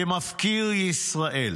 כמפקיר ישראל,